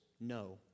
no